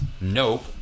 Nope